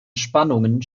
spannungen